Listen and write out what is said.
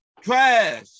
Trash